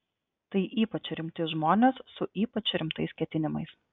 tai ypač rimti žmonės su ypač rimtais ketinimais